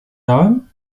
dałem